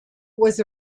was